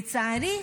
לצערי,